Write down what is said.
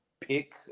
pick